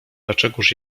dlaczegóż